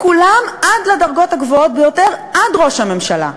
כולם עד לדרגות הגבוהות ביותר, עד לראש הממשלה.